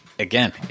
again